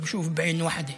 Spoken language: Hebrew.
נראה שהוא רואה בעין אחת.